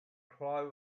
cry